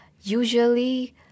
usually